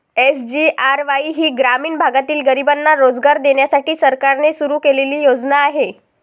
SGRY ही ग्रामीण भागातील गरिबांना रोजगार देण्यासाठी सरकारने सुरू केलेली योजना आहे